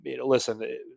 Listen